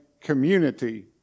community